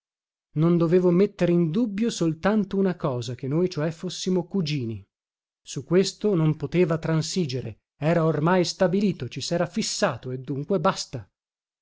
non dovevo mettere in dubbio soltanto una cosa che noi cioè fossimo cugini su questo non poteva transigere era ormai stabilito ci sera fissato e dunque basta